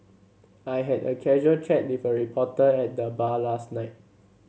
I had a casual chat with a reporter at the bar last night